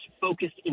focused